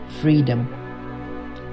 freedom